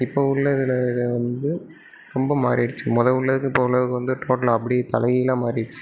இப்போது உள்ள இதில் இது வந்து ரொம்ப மாறிடுச்சு மொதல் உள்ளதுக்கும் இப்போ உள்ளதுக்கும் வந்து டோட்டலாக அப்படியே தலைகீழாக மாறிடுச்சு